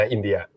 India